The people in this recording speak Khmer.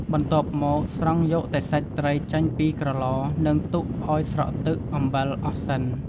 បន្ទាប់មក ស្រង់យកតែសាច់ត្រីចេញពីក្រឡ និង ទុកឱ្យស្រក់ទឹកអំបិលអស់សិន។